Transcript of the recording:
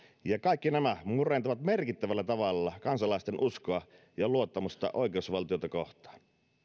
ja kaikki nämä murentavat merkittävällä tavalla kansalaisten uskoa ja luottamusta oikeusvaltiota kohtaan